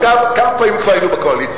אגב, כמה פעמים כבר היינו בקואליציה?